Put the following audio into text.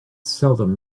seldom